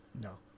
No